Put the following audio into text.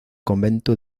convento